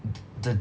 t~ the